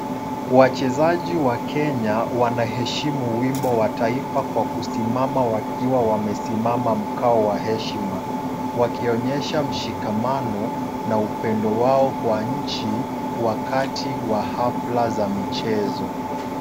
Wachezaji wa Kenya wanaheshimu wimbo wa taifa kwa kusimama wakiwa wamesimama mkao wa heshima, wakionyesha mshikamano na upendo wao kwa nchi, wakati wa hafla za michezo.